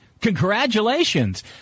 congratulations